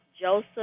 Joseph